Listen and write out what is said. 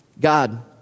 God